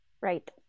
Right